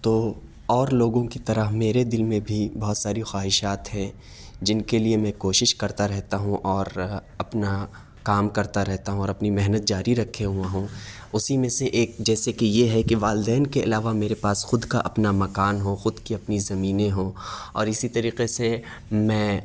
تو اور لوگوں کی طرح میرے دل میں بھی بہت ساری خواہشات ہیں جن کے لیے میں کوشش کرتا رہتا ہوں اور اپنا کام کرتا رہتا ہوں اور اپنی محنت جاری رکھے ہوا ہوں اسی میں سے ایک جیسے یہ ہے کہ والدین کے علاوہ میرے پاس خود کا اپنا مکان ہو خود کی اپنی زمینیں ہوں اور اسی طریقے سے میں